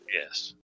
Yes